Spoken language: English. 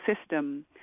system